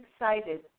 excited